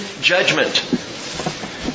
judgment